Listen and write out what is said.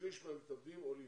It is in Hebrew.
שליש מהמתאבדים עולים.